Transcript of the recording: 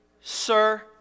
sir